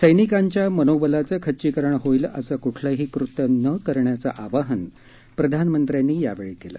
सैनिकांच्या मनोबलाचे खच्चीकरण होईल असे कुठलेही कृत्य न करण्याचं आवाहन प्रधानमंत्र्यांनी यावेळी केलं